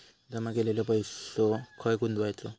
जमा केलेलो पैसो खय गुंतवायचो?